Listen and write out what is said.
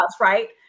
right